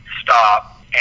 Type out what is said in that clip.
stop